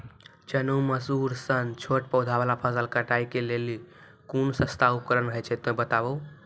चना, मसूर सन छोट पौधा वाला फसल कटाई के लेल कूनू सस्ता उपकरण हे छै तऽ बताऊ?